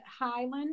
highland